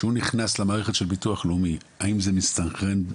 כשהוא נכנס למערכת של ביטוח לאומי האם זה מסתנכרן פה?